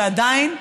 ועדיין,